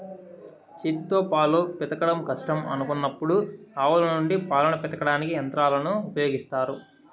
చేతితో పాలు పితకడం కష్టం అనుకున్నప్పుడు ఆవుల నుండి పాలను పితకడానికి యంత్రాలను ఉపయోగిత్తారు